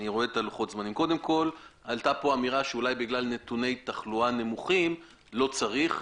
קודם כל עלתה פה אמירה שאולי בגלל נתוני תחלואה נמוכים לא צריך.